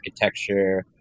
architecture